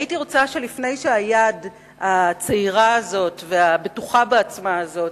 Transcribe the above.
הייתי רוצה שלפני שהיד הצעירה הזאת והבטוחה בעצמה הזאת,